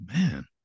Man